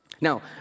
Now